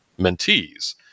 mentees